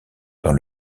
dans